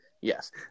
yes